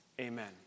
Amen